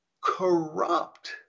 corrupt